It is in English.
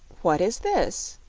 what is this?